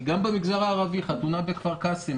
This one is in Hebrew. גם במגזר הערבי חתונה בכפר קאסם,